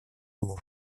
μου